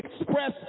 express